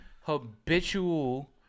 habitual